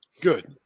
Good